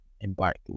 embark